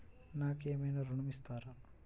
నాకు ఏమైనా ఋణం ఇస్తారా?